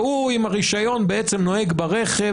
והוא עם הרישיון בעצם נוהג ברכב,